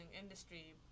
industry